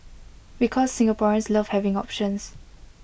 because Singaporeans love having options